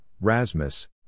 Rasmus